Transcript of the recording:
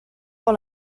dans